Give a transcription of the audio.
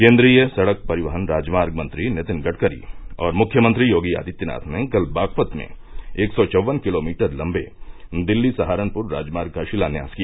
केन्द्रीय सड़क परिवहन राजमार्ग मंत्री नितिन गड़करी और मुख्यमंत्री योगी आदित्यनाथ ने कल बागपत में एक सौ चौवन किलोमीटर लम्बे दिल्ली सहारनपुर राजमार्ग का शिलान्यास किया